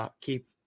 keep